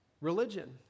religion